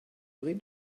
aurez